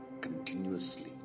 continuously